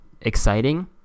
exciting